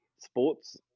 sports